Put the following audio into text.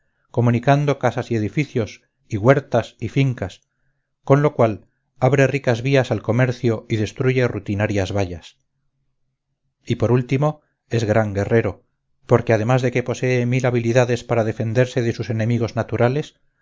comunicando casas y edificios y huertas y fincas con lo cual abre ricas vías al comercio y destruye rutinarias vallas y por último es gran guerrero porque además de que posee mil habilidades para defenderse de sus enemigos naturales